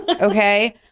Okay